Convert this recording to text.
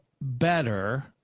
better